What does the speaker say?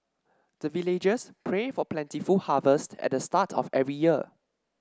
the villagers pray for plentiful harvest at the start of every year